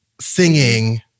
singing